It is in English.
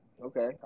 Okay